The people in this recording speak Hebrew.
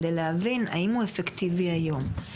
כדי להבין האם הוא אפקטיבי היום.